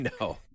No